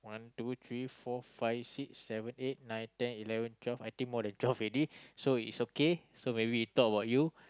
two three four five six seven eight nine ten eleven twelve I think more than twelve already so it's okay so maybe we talk about you